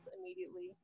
immediately